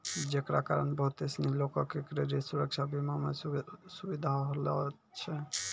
जेकरा कारण बहुते सिनी लोको के क्रेडिट सुरक्षा बीमा मे सुविधा होलो छै